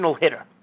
hitter